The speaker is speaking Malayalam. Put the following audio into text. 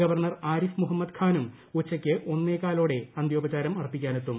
ഗവർണർ ആരിഫ് മുഹമ്മദ് ഖ്യാനും ഉച്ചയ്ക്ക് ഒന്നേകാലോടെ അന്ത്യോപചാരം അർപ്പിക്കാനെത്തും